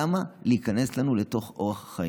למה להיכנס לנו לתוך אורח החיים?